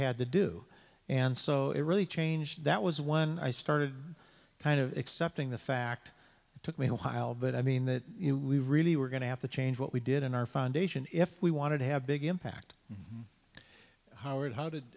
had to do and so it really changed that was when i started kind of accepting the fact it took me a while but i mean that we really were going to have to change what we did in our foundation if we wanted to have big impact howard how did